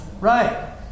right